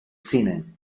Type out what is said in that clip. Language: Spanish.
cine